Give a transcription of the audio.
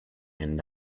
and